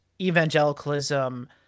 evangelicalism